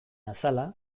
azala